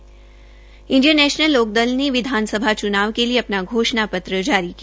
Indian National Lokdal ने विधानसभा चुनाव के लिए अपना घोषणा पत्र जारी किया